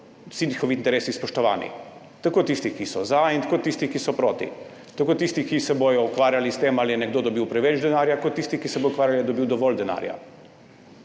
vsi njihovi interesi spoštovani. Tako tistih, ki so za, in tako tistih, ki so proti. Tako tistih, ki se bodo ukvarjali s tem, ali je nekdo dobil preveč denarja, kot tistih, ki se bodo ukvarjali, ali je dobil dovolj denarja.